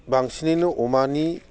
बांसिनैनो अमानि